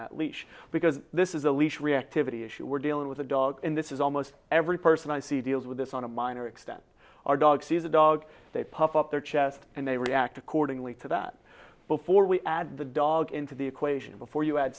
that leash because this is a leash reactivity issue we're dealing with the dog in this is almost every person i see deals with this on a minor extent our dog sees a dog they puff up their chest and they react accordingly to that before we add the dog into the equation before you add